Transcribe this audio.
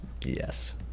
Yes